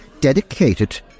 dedicated